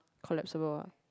collapsable ah